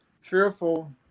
fearful